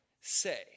say